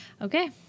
Okay